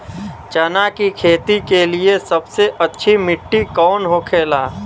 चना की खेती के लिए सबसे अच्छी मिट्टी कौन होखे ला?